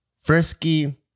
frisky